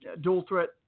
dual-threat